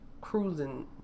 cruising